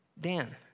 Dan